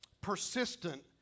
persistent